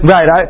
Right